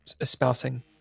espousing